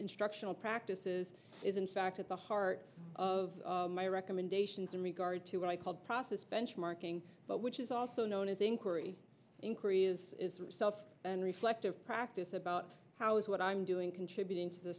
instructional practices is in fact at the heart of my recommendations in regard to what i called process benchmarking but which is also known as inquiry inquiry is self reflective practice about how is what i'm doing contributing to the